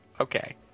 Okay